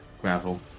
gravel